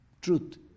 truth